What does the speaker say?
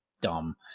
dumb